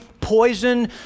poison